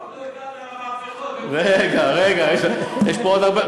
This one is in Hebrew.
עוד לא הגעת למהפכות, רגע, רגע, יש פה עוד הרבה.